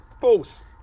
False